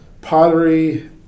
pottery